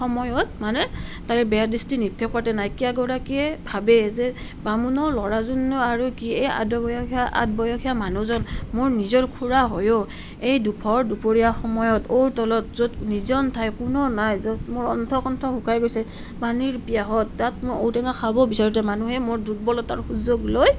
সময়ত মানে তাইক বেয়া দৃষ্টি নিক্ষেপ কৰাতে নায়িকাগৰাকীয়ে ভাবে যে বামুণৰ ল'ৰাজননো আৰু কি এই আদবয়সীয়া আদবয়সীয়া মানুহজন মোৰ নিজৰ খুড়া হৈয়ো এই ভৰ দুপৰীয়া সময়ত ঔৰ তলত য'ত নিৰ্জন ঠাই কোনো নাই য'ত মোৰ অণ্ঠকণ্ঠ শুকাই গৈছে পানীৰ পিয়াহত তাত মোৰ ঔটেঙা খাবৰ বিচাৰোতে মানুহে মোৰ দুৰ্বলতাৰ সুযোগ লৈ